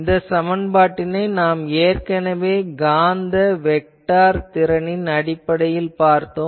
இந்த சமன்பாட்டினை நாம் ஏற்கனவே காந்த வெக்டார் திறனின் அடிப்படையில் பார்த்தோம்